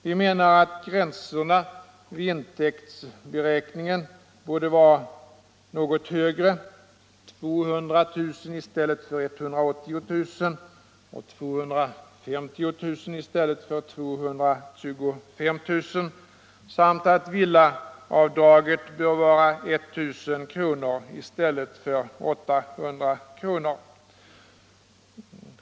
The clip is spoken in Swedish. Vi menar att gränserna vid intäktsberäkningen borde vara något högre — 200 000 i stället för 180 000 kr. och 250 000 i stället för 225 000 kr. — samt att villaavdraget bör vara 1000 kr. i stället för 800 kr.